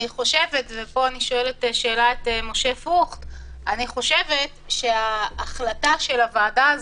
אני חושבת וכאן אני שואלת את משה פרוכט שההחלטה של הוועדה הזאת,